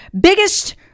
biggest